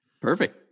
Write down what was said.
Perfect